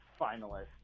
finalist